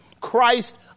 Christ